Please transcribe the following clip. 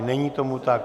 Není tomu tak.